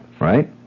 Right